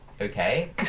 Okay